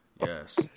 Yes